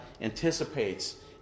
anticipates